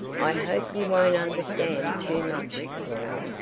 i hope you won't understand too much, flora.